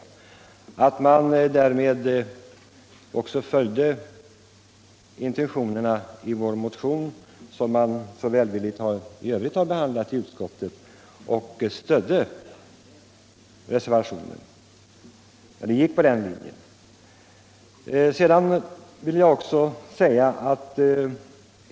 Man borde i konsekvensens namn ha följt intentionerna i vår motion, som man i övrigt har behandlat så välvilligt i utskottet, och stött den linje som vi gått på i reservationen 1.